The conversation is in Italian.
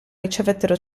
ricevettero